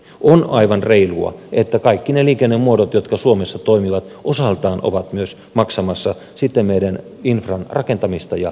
on aivan reilua että kaikki ne liikennemuodot jotka suomessa toimivat osaltaan ovat maksamassa meidän infran rakentamista ja ylläpitoa